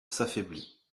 s’affaiblit